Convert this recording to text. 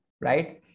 right